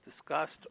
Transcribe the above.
discussed